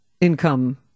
income